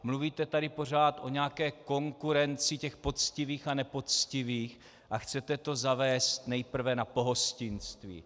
Mluvíte tady pořád o nějaké konkurenci těch poctivých a nepoctivých a chcete to zavést nejprve na pohostinství.